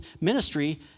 ministry